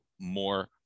more